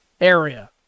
area